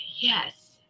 yes